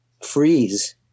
freeze